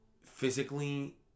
physically